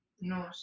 No